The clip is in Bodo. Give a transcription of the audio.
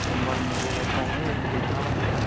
समबार मंगलबारफ्रावनो फैगोन नामा